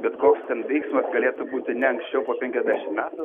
bet koks ten veiksmas galėtų būti ne anksčiau po penkiasdešim metų